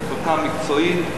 זאת החלטה מקצועית,